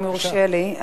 אם יורשה לי,